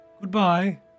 Goodbye